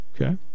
Okay